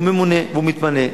הוא ממונה והוא מתמנה.